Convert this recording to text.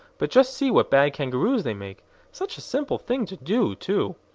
but just see what bad kangaroos they make such a simple thing to do, too!